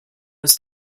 was